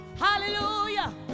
hallelujah